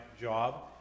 job